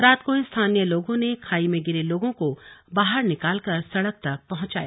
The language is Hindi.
रात को ही स्थानीय लोगों ने खाई में गिरे लोगों को बाहर निकाल कर सड़क तक पहुंचाया